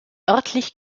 örtlich